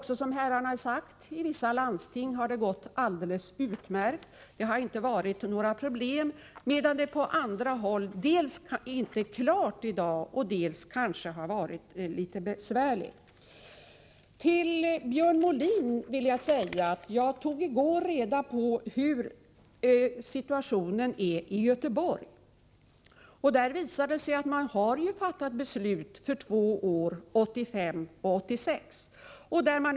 Som herrarna framhållit har det i vissa landsting gått alldeles utmärkt, medan det på andra håll inte är klart i dag eller kanske har varit litet besvärligt. Till Björn Molin vill jag säga att jag i går tog reda på hur situationen är i Göteborg. Det visade sig att man där har fattat beslut för två år, 1985 och 1986.